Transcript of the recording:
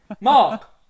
Mark